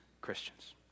Christians